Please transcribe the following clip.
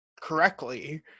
correctly